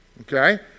Okay